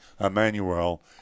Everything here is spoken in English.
Emmanuel